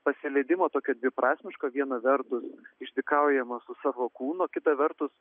pasileidimo tokio dviprasmiško viena vertus išdykaujama su savo kūnu o kita vertus